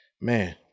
Man